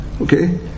Okay